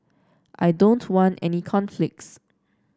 I don't want any conflicts